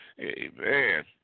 Amen